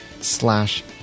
slash